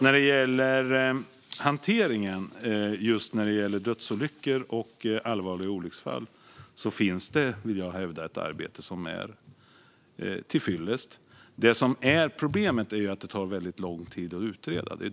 När det gäller hanteringen vid dödsolyckor och allvarliga olycksfall finns det alltså, vill jag hävda, ett arbete som är till fyllest. Problemet är att det tar väldigt lång tid att utreda.